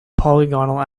polygonal